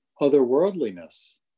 otherworldliness